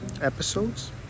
episodes